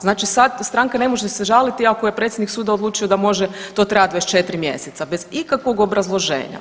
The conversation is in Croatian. Znači stranka ne može se žaliti ako je predsjednik suda odlučio može to trajati 24 mjeseca bez ikakvog obrazloženja.